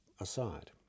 aside